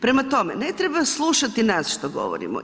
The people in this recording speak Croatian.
Prema tome, ne treba slušati nas što govorimo.